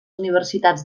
universitats